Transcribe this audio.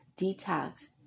detox